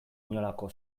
inolako